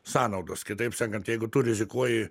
sąnaudos kitaip sakant jeigu tu rizikuoji